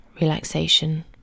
Relaxation